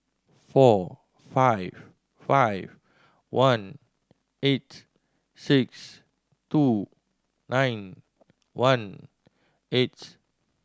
four five five one eight six two nine one eight